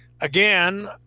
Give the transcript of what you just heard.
again